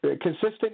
consistent